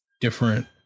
different